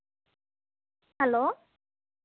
hello